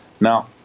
Now